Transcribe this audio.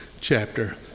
chapter